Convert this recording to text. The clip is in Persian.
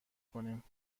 کنیم